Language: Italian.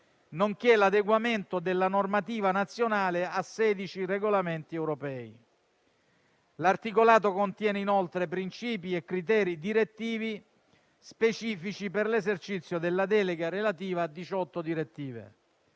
nonché l'adeguamento della normativa nazionale a 16 regolamenti europei. L'articolato contiene inoltre principi e criteri direttivi specifici per l'esercizio della delega relativa a 18 direttive.